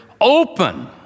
open